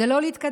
זה לא להתקדם,